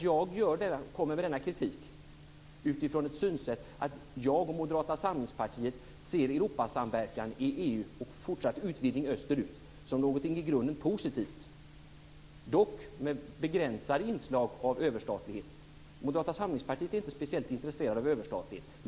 Jag kommer med denna kritik samtidigt som jag och Moderata samlingspartiet ser Europasamverkan i EU och en fortsatt utvidgning österut som någonting i grunden positivt. Inslagen av överstatlighet skall dock vara begränsade. Vi i Moderata samlingspartiet är inte speciellt intresserade av överstatlighet.